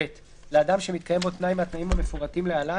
(ב)לאדם שמתקיים בו תנאי מהתנאים המפורטים להלן